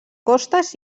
costes